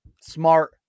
smart